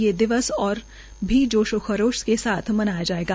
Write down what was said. ये दिवस ओर भी जोशों खरोशों से मनाया जायेगा